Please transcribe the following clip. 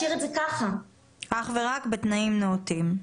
אך ורק בתנאים נאותים.